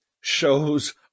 shows